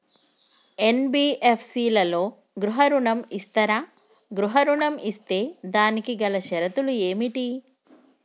NBFC లలో గృహ ఋణం ఇస్తరా? గృహ ఋణం ఇస్తే దానికి గల షరతులు ఏమిటి?